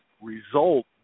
result